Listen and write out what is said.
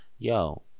Yo